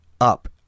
up